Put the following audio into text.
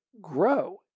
grow